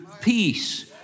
peace